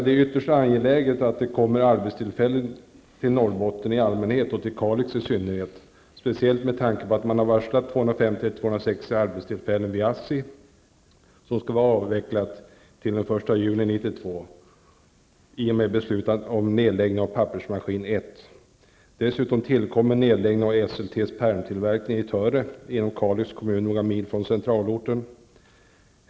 Det är ytterst angeläget att det kommer arbetstillfällen till Norrbotten i allmänhet och till Kalix i synnerhet, speciellt med tanke på att man har varslat 250--260 anställda vid ASSI, som i och med beslutet om nedläggning av pappersmaskin 1 skall vara avvecklat till den 1 juni 1992. Till detta kommer nedläggningen av Esseltes pärmtillverkning i Töre inom Kalix kommun, några mil från centralorten.